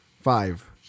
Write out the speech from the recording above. Five